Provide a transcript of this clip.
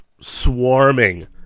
swarming